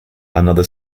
another